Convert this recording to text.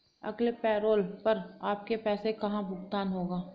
अगले पैरोल पर आपके पैसे का भुगतान होगा